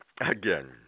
again